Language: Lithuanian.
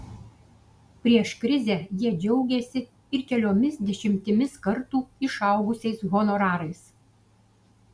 prieš krizę jie džiaugėsi ir keliomis dešimtimis kartų išaugusiais honorarais